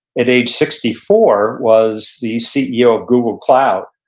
at age sixty four, was the ceo of google cloud.